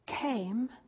came